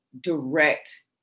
direct